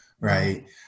Right